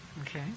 Okay